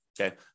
okay